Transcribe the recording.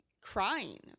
crying